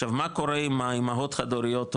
עכשיו מה קורה עם אימהות חד הוריות?